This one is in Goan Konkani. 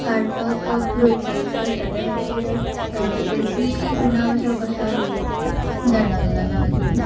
काडपाक प्रोत्साहीत करता त्या खातीर तेजी उणाव असो कसो जाणवलो ना आजून